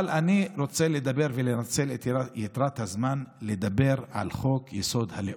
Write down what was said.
אבל אני רוצה לנצל את יתרת הזמן ולדבר על חוק-יסוד: הלאום.